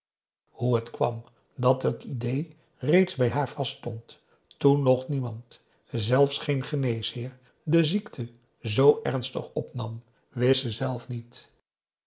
hoe het kwam dat dit ideé reeds bij haar vaststond toen nog niemand zelfs geen geneesheer de ziekte zoo ernstig opnam wist ze zelf niet